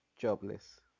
jobless